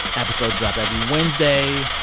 episodes drop every wednesday.